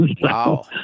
Wow